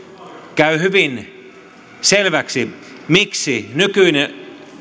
käy hyvin selväksi miksi nykyinen